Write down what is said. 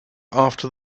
after